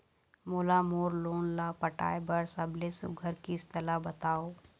मोला मोर लोन ला पटाए बर सबले सुघ्घर किस्त ला बताव?